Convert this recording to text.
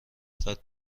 چقدر